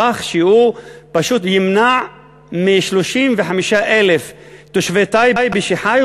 בכך שהוא פשוט ימנע מ-35,000 תושבי טייבה שחיו